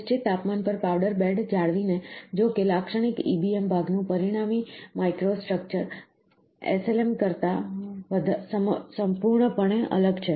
નિશ્ચિત તાપમાન પર પાવડર બેડ જાળવીને જો કે લાક્ષણિક EBM ભાગનું પરિણામી માઇક્રોસ્ટ્રક્ચર SLM કરતા સંપૂર્ણપણે અલગ છે